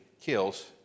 kills